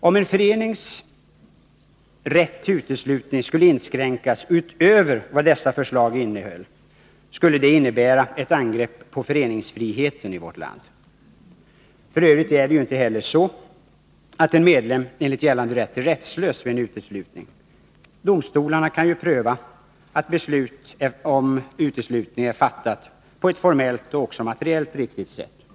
Om en förenings rätt till uteslutning skulle inskränkas utöver vad dessa förslag innehöll, skulle det innebära ett angrepp på föreningsfriheten i vårt land. F. ö. är det ju inte heller så, att en medlem enligt gällande rätt är rättslös vid en uteslutning. Domstolarna kan ju pröva om beslutet om uteslutning är fattat på ett formellt och också materiellt riktigt sätt.